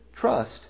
trust